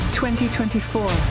2024